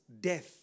death